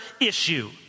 issue